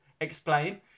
explain